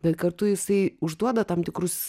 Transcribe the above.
bet kartu jisai užduoda tam tikrus